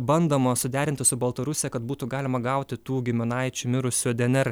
bandoma suderinti su baltarusija kad būtų galima gauti tų giminaičių mirusių dnr